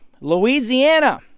Louisiana